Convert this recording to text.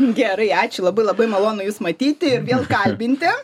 gerai ačiū labai labai malonu jus matyti ir vėl kalbinti